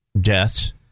deaths